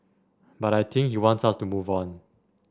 but I think he wants us to move on